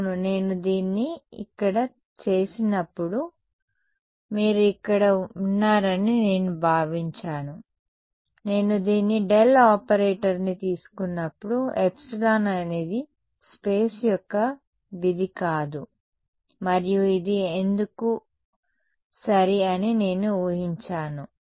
అవును నేను దీన్ని ఇక్కడ చేసినప్పుడు మీరు ఇక్కడ ఉన్నారని నేను భావించాను నేను దీన్ని డెల్ ఆపరేటర్ని తీసుకున్నప్పుడు ε అనేది స్పేస్ యొక్క విధి కాదు మరియు ఇది ఎందుకు సరి అని నేను ఊహించాను